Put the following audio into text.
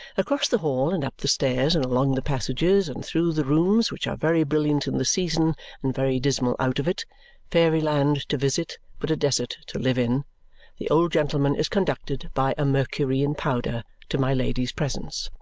across the hall, and up the stairs, and along the passages, and through the rooms, which are very brilliant in the season and very dismal out of it fairy-land to visit, but a desert to live in the old gentleman is conducted by a mercury in powder to my lady's presence.